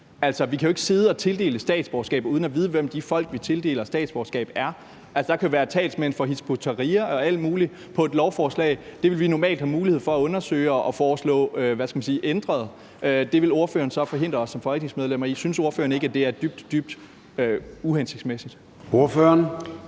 vi kan jo ikke sidde og tildele statsborgerskab uden at vide, hvem de folk, vi tildeler statsborgerskab, er. Der kan jo være talsmænd for Hizb ut-Tahrir og alt muligt på et lovforslag. Det ville vi normalt have mulighed for at undersøge og, hvad skal man sige, foreslå ændret. Det vil ordføreren så forhindre os i som folketingsmedlemmer. Synes ordføreren ikke, at det er dybt, dybt uhensigtsmæssigt? Kl.